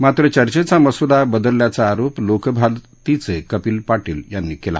मात्र चर्चेचा मसूदा बदलल्याचा आरोप लोकभारतीचे कपील पाटील यांनी केला